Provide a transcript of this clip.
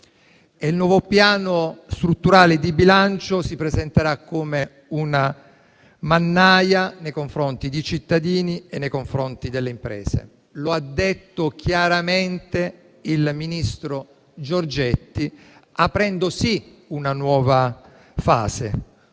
il nuovo Piano strutturale di bilancio si presenterà come una mannaia nei confronti dei cittadini e delle imprese (lo ha detto chiaramente il ministro Giorgetti), aprendo, sì, una nuova fase,